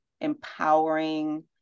empowering